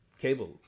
cable